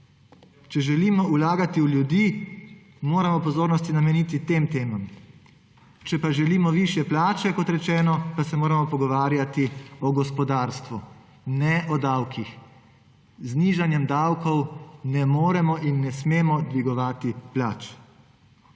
Če želimo vlagati v ljudi, moramo pozornost nameniti tem temam, če pa želimo višje plače, kot rečeno, pa se moramo pogovarjati o gospodarstvu, ne o davkih. Z nižanjem davkov ne moremo in ne smemo dvigovati plač.